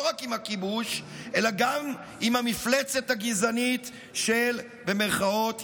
לא רק עם הכיבוש אלא גם עם המפלצת הגזענית של "ייהוד".